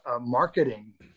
marketing